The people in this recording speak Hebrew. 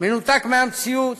מנותק מהמציאות,